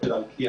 של ארקיע